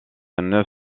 neuf